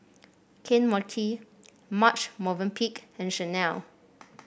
Kane Mochi Marche Movenpick and Chanel